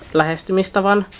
lähestymistavan